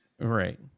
Right